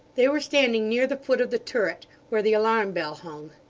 they were standing near the foot of the turret, where the alarm-bell hung.